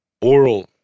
oral